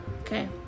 Okay